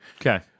Okay